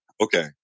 Okay